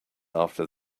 after